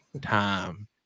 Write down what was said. time